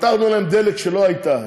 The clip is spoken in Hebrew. פתחנו להם דלת שלא הייתה.